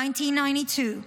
1992,